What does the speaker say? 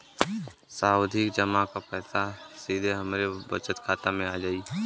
सावधि जमा क पैसा सीधे हमरे बचत खाता मे आ जाई?